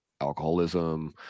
alcoholism